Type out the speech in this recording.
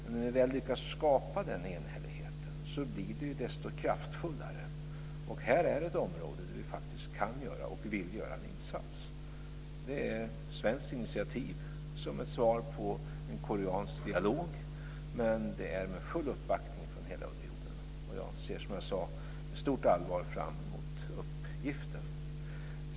Men när vi väl lyckas skapa den enhälligheten blir det desto kraftfullare. Här är ett område där vi faktiskt kan och vill göra en insats. Det är ett svenskt initiativ som ett svar på en koreansk dialog, men det är med full uppbackning från hela unionen. Jag ser, som jag sade, med stort allvar fram mot uppgiften.